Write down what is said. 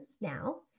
now